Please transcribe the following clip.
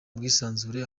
bwisanzure